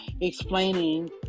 explaining